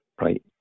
right